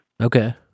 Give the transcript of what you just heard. Okay